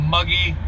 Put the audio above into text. Muggy